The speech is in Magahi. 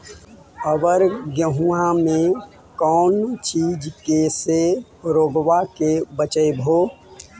अबर गेहुमा मे कौन चीज के से रोग्बा के बचयभो?